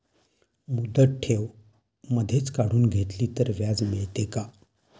मुदत ठेव मधेच काढून घेतली तर व्याज मिळते का?